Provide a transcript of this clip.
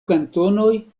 kantonoj